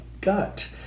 gut